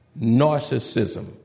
narcissism